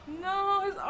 No